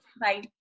Bye